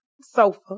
sofa